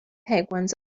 penguins